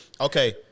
Okay